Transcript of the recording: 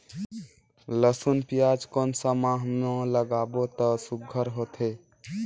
लसुन पियाज कोन सा माह म लागाबो त सुघ्घर होथे?